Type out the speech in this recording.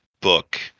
book